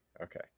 Okay